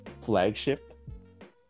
flagship